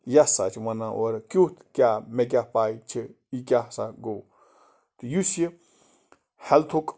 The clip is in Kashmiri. یہِ ہسا چھِ وَنان اورٕ کیُتھ کیٛاہ مےٚ کیٛاہ پَے چھِ یہِ کیٛاہ سا گوٚو تہٕ یُس یہِ ہٮ۪لتھُک